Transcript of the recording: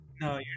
No